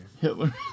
Hitler